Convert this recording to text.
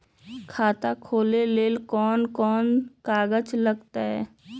खाता खोले ले कौन कौन कागज लगतै?